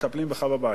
מטפלים בך בבית.